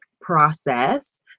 process